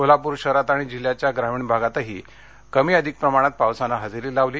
कोल्हापूर शहरात आणि जिल्हयाच्या ग्रामीण भागातही कमी अधिक प्रमाणात पावसानं हजेरी लावली